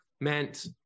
meant